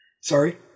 Sorry